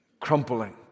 crumpling